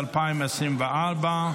רבני יישובים.